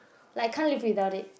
like can't live without it